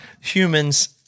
humans